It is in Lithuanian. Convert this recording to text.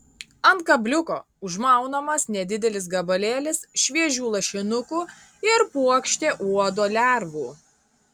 ant kabliuko užmaunamas nedidelis gabalėlis šviežių lašinukų ir puokštė uodo lervų